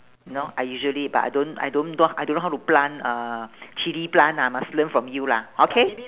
you know I usually but I don't I don't talk I don't know how to plant uh chilli plant lah must learn from you lah okay